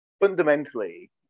fundamentally